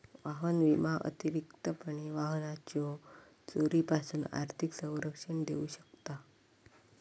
वाहन विमा अतिरिक्तपणे वाहनाच्यो चोरीपासून आर्थिक संरक्षण देऊ शकता